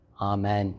Amen